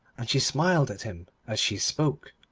and she smiled at him as she spoke.